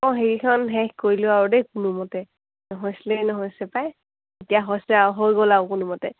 অঁ সেইখন শেষ কৰিলোঁ আৰু দেই কোনোমতে নহয়ছিলে নহয়ছিলে পাই এতিয়া হৈছে আৰু হৈ গ'ল আৰু কোনোমতে